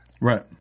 right